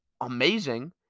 amazing